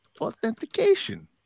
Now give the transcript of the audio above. authentication